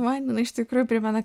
man jinai iš tikrųjų primena